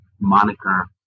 Moniker